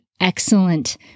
excellent